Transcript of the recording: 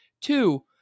Two